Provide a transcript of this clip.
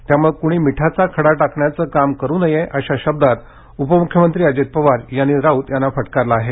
त्यामुळे कुणी मिठाचा खडा टाकण्याचे काम करू नये अशा शब्दात उपमुख्यमंत्री अजित पवार यांनी राऊत याना फटकारलं आहे